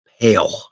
pale